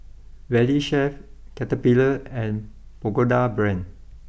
Valley Chef Caterpillar and Pagoda Brand